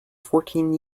fourteen